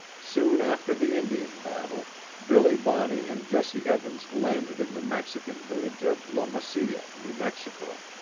soon after the indian battle billy bonney and jesse evans landed in the mexican village of la mesilla, new mexico,